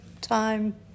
time